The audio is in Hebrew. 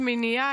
השמינייה,